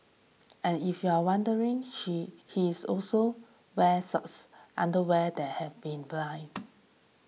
and if you're wondering she he is also wears socks underwear that have been binned